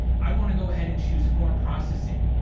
i want to go ahead and choose form processing.